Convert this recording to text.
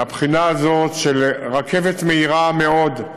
מהבחינה הזאת של רכבת מהירה מאוד,